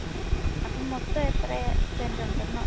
ആ അപ്പം മൊത്തം എത്ര സെൻറ്റുണ്ടെന്ന്